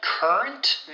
Current